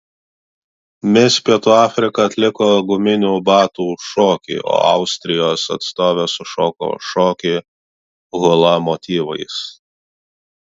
mis pietų afrika atliko guminių batų šokį o austrijos atstovė sušoko šokį hula motyvais